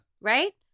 right